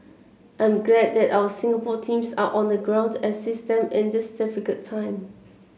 I'm glad that our Singapore teams are on the ground to assist them in this difficult time